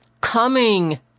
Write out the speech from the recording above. coming